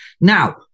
Now